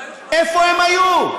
איפה הם היו?